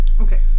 okay